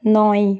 নয়